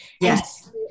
Yes